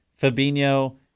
Fabinho